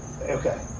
Okay